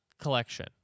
Collection